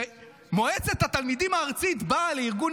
שמועצת התלמידים הארצית באה לארגון